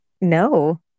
No